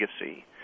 legacy